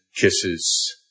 kisses